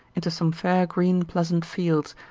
into some fair green pleasant fields,